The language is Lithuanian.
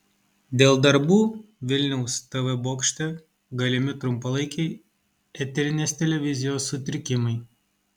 dėl darbų vilniaus tv bokšte galimi trumpalaikiai eterinės televizijos sutrikimai